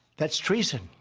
that's treason.